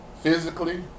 physically